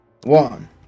One